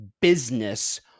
business